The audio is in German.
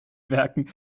werken